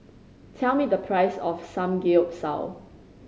tell me the price of Samgeyopsal